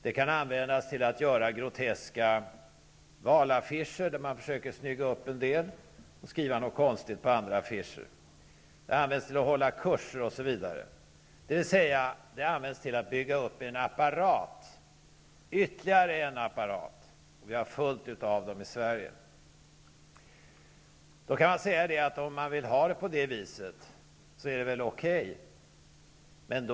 Det kan användas till att göra groteska valaffischer, där man försöker snygga upp en del, och till att skriva något konstigt på andra affischer. Det används till att hålla kurser osv. Dvs. det används till att bygga upp en apparat, ytterligare en apparat. Vi har fullt av dem i Sverige. Om man vill ha det på det viset så är det väl okej, kan man säga.